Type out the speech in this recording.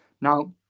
now